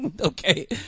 okay